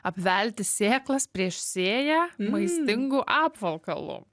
apvelti sėklas prieš sėją maistingu apvalkalu